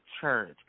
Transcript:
church